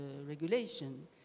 regulation